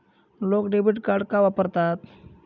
लोक debit card का वापरतात?